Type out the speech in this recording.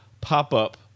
pop-up